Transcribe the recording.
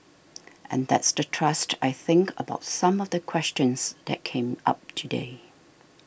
and that's the thrust I think about some of the questions that came up today